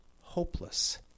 Hopeless